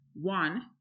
One